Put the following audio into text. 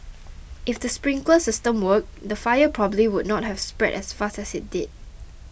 if the sprinkler system worked the fire probably would not have spread as fast as it did